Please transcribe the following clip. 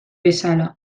bezala